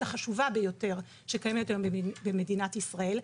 החשובה ביותר שקיימת היום במדינת ישראל,